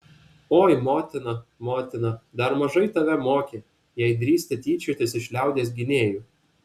oi motina motina dar mažai tave mokė jei drįsti tyčiotis iš liaudies gynėjų